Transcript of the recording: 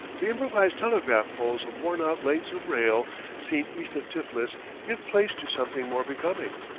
the improvised telegraph poles of worn-out lengths of rail seen east of tiflis give place to something more becoming.